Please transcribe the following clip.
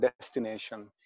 destination